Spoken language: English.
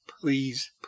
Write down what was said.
Please